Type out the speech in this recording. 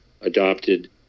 adopted